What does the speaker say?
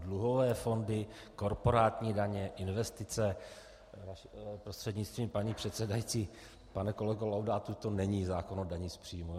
Dluhové fondy, korporátní daně, investice, prostřednictvím paní předsedající pane kolego Laudáte, to není zákon o dani z příjmu.